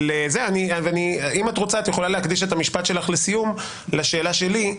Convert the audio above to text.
אם את רוצה את יכולה להקדיש את המשפט שלך לסיום לשאלה שלי,